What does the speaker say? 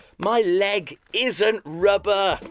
my leg isn't rubber.